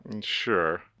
Sure